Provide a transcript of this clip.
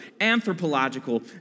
anthropological